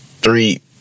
three